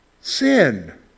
sin